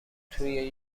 توی